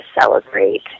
celebrate